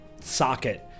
socket